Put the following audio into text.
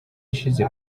ishize